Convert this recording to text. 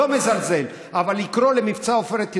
לא מזלזל, אבל מבצע עופרת יצוקה,